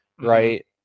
Right